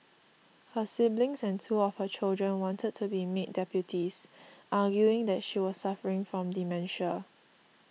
her siblings and two of her children wanted to be made deputies arguing that she was suffering from dementia